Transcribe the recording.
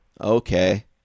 Okay